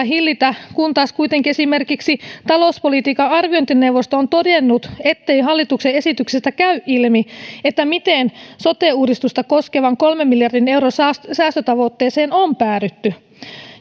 hillitä kun taas kuitenkin esimerkiksi talouspolitiikan arviointineuvosto on todennut ettei hallituksen esityksestä käy ilmi miten sote uudistusta koskevan kolmen miljardin euron säästötavoitteeseen on päädytty